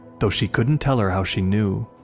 though she couldn't tell her how she knew.